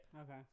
Okay